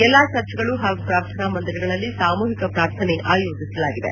ಎಲ್ಲಾ ಚರ್ಚ್ಗಳು ಹಾಗೂ ಪ್ರಾರ್ಥನಾ ಮಂದಿರಗಳಲ್ಲಿ ಸಾಮೂಹಿಕ ಪ್ರಾರ್ಥನೆ ಆಯೋಜಿಸಲಾಗಿದೆ